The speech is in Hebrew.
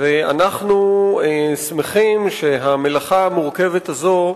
ואנחנו שמחים שהמלאכה המורכבת הזו,